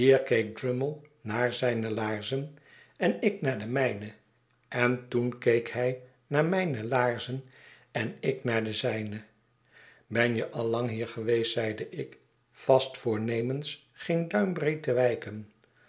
naar zijne laarzen en ik naar de mijne en toen keek hij naar mijne laarzen en ik naar de zijne ben je al lang hier geweest zeide ik vast voornemens geen duimbreed te wijken